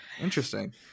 Interesting